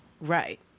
Right